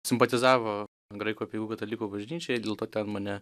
simpatizavo graikų apeigų katalikų bažnyčiai dėl to ten mane